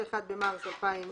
(31 במרס 2019)